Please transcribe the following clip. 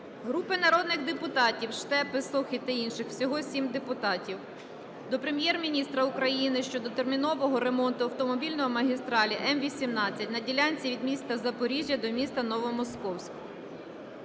Групи народних депутатів (Штепи, Сохи та інших. Всього 7 депутатів) до Прем'єр-міністра України щодо термінового ремонту автомобільної магістралі М-18 на ділянці від міста Запоріжжя до міста Новомосковськ.